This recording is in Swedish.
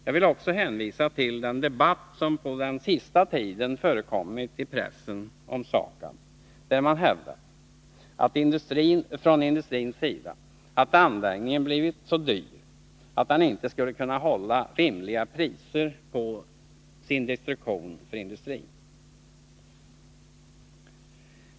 Jag vill också hänvisa till den debatt som under den senaste tiden har förekommit i pressen om SAKAB. I denna debatt har det från industrins sida hävdats att anläggningen blivit så dyr att den inte kommer att kunna hålla rimliga priser på sin destruktion för industrin.